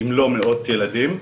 אם לא מאות ילדים,